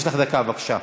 יש לך דקה, בבקשה.